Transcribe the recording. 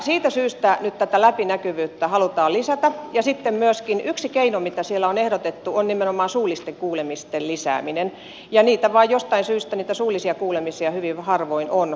siitä syystä nyt tätä läpinäkyvyyttä halutaan lisätä ja sitten yksi keino mitä siellä on ehdotettu on nimenomaan suullisten kuulemisten lisääminen ja niitä suullisia kuulemisia vain jostain syystä hyvin harvoin on käytössä